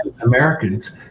Americans